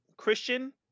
Christian